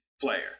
player